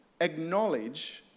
acknowledge